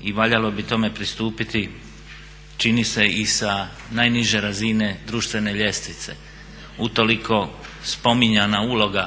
i valjalo bi tome pristupiti čini se i sa najniže razine društvene ljestvice utoliko spominjana uloga